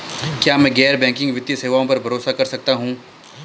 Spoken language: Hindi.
क्या मैं गैर बैंकिंग वित्तीय सेवाओं पर भरोसा कर सकता हूं?